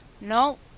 No